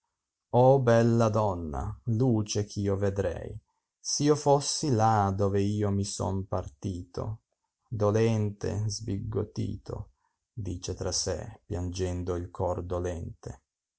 o bella donna luce ch'io vedrei s io fossi là dove io mi son partito dolente sbigottito dice tra sé piangendo il cor dolente